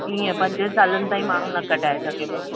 इअं पंज सालनि ताईं माण्हू कढाए सघे पोइ